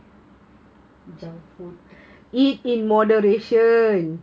junk food